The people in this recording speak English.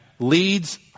leads